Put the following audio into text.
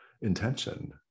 intention